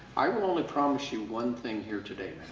i will only promise you one thing here today,